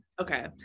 Okay